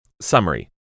Summary